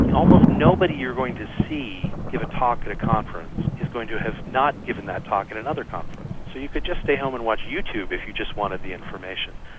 almost nobody you're going to see give a talk at a conference is going to have not given that talk at another conference. so you can just stay home and watch youtube if you just wanted the information.